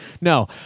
No